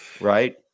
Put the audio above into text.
right